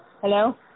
Hello